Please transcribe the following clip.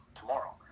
tomorrow